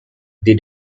the